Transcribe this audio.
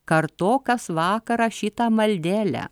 kartok kas vakarą šitą maldelę